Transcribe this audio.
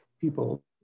people